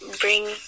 bring